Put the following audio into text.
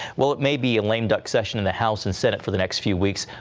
well, it may be a lame-duck session in the house and senate for the next few weeks,